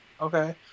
Okay